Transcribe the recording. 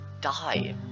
die